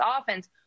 offense